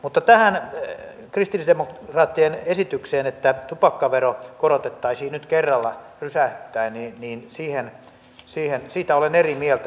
mutta tästä kristillisdemokraattien esityksestä että tupakkaveroa korotettaisiin nyt kerralla rysähtäen olen eri mieltä